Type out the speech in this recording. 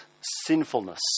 sinfulness